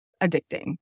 addicting